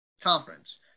conference